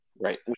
Right